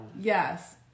Yes